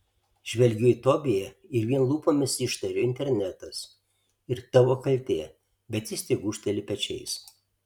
žvelgiu į tobiją ir vien lūpomis ištariu internetas ir tavo kaltė bet jis tik gūžteli pečiais